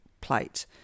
plate